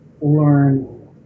learn